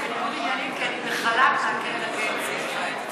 בניגוד עניינים כי אני בחל"ת מהקרן הקיימת לישראל.